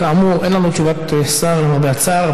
כאמור, אין לנו תשובת שר, למרבה הצער.